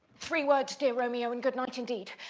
three words, dear romeo, and good night indeed.